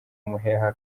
umuheha